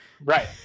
right